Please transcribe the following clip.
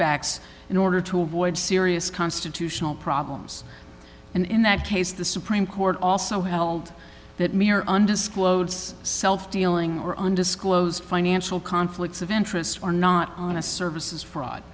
kickbacks in order to avoid serious constitutional problems and in that case the supreme court also held that mere undisclosed self dealing or undisclosed financial conflicts of interest are not honest services fraud